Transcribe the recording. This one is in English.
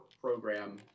program